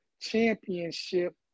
championship